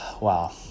Wow